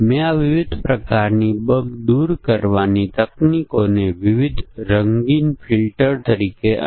અને અહીં કિંમતોની સંખ્યા કદ ફોન્ટ શૈલી ટેક્સ્ટ ફોન્ટ અને રંગ વગેરે છે